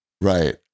Right